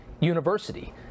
University